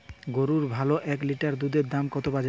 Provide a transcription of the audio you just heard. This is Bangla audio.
গরুর ভালো এক লিটার দুধের দাম কত বাজারে?